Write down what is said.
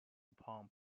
upon